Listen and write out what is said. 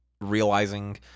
realizing